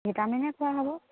ভিটামিনে খোৱা হ'ব